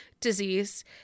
disease